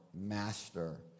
Master